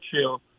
chill